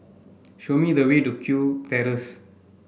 show me the way to Kew Terrace